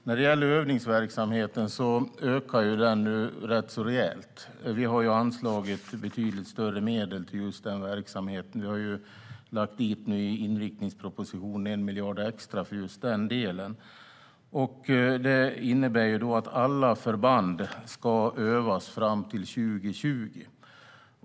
Fru talman! Övningsverksamheten ökar nu rätt rejält. Vi har ju anslagit betydligt större medel till just den verksamheten. I inriktningspropositionen har vi lagt 1 miljard extra på just den delen. Det innebär att alla förband ska övas fram till 2020.